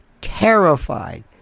terrified